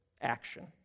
action